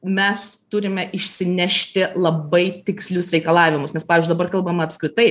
mes turime išsinešti labai tikslius reikalavimus nes pavyzdžiui dabar kalbama apskritai